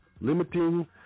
limiting